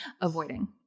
avoiding